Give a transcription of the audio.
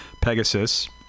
Pegasus